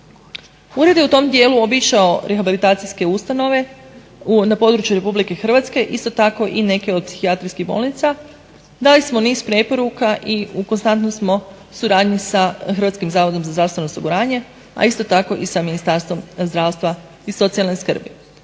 Ured je u tom dijelu obišao rehabilitacijske ustanove na području RH isto tako i neke od psihijatrijskih bolnica. Dali smo niz preporuka i u konstantno smo u suradnji sa Hrvatskim zavodom za zdravstveno osiguranje, a isto tako i sa Ministarstvom zdravstva i socijalne skrbi.